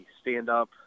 stand-up